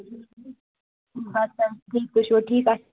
بہٕ حظ چھس ٹھیٖک تُہۍ چھُوا ٹھیٖک اصل پٲٹھۍ